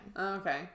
Okay